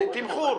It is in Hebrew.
-- תמחור.